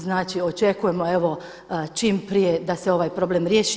Znači, očekujemo evo čim prije da se ovaj problem riješi.